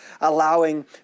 allowing